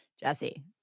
Jesse